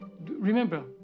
remember